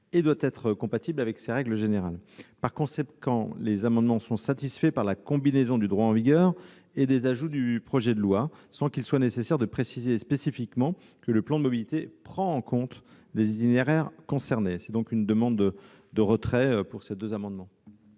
et doit être compatible avec ces règles générales. Par conséquent, les amendements sont satisfaits par la combinaison du droit en vigueur et des ajouts au projet de loi, sans qu'il soit nécessaire de préciser spécifiquement que le plan de mobilité prend en compte les itinéraires concernés. J'en demande donc le retrait. Quel est l'avis